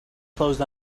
closed